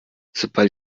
sobald